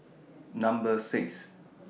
Number six